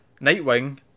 Nightwing